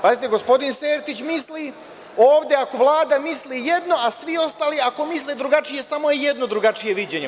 Pazite, gospodin Sertić misli ovde Vlada misli jedno, a svi ostali ako misle drugačije, samo je jedno drugačije mišljenje.